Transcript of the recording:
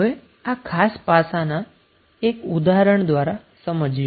હવે આ ખાસ પાસાને એક ઉદાહરણ દ્વારા સમજીએ